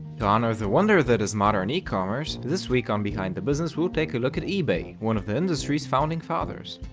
to honor the wonder that is modern e-commerce this week on behind the business we'll take a look at ebay, one of the industry's founding fathers.